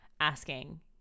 asking